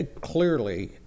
clearly